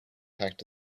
packed